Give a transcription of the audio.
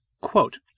Quote